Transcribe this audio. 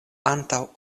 antaŭ